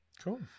Cool